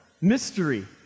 mystery